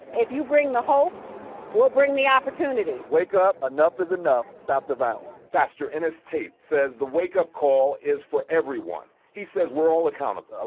if you bring the hope we'll bring the opportunity. wake up. enough is enough. stop the violence, pastor in his state says. the wake up call is for everyone, he says. we're all accountable.